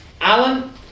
Alan